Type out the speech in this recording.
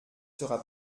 sera